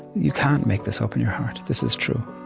you can't make this up in your heart. this is true